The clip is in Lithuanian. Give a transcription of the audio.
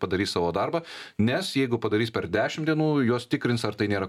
padarys savo darbą nes jeigu padarys per dešim dienų juos tikrins ar tai nėra